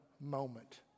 moment